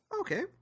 Okay